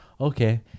okay